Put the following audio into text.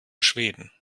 schweden